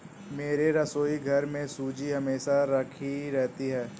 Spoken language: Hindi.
मेरे रसोईघर में सूजी हमेशा राखी रहती है